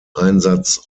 einsatz